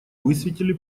высветили